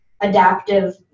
adaptive